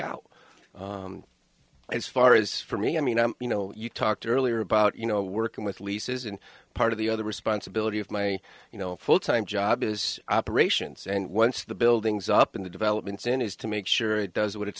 out as far as for me i mean you know you talked earlier about you know working with leases and part of the other responsibility of my you know full time job is operations and once the buildings up in the developments in is to make sure it does what it's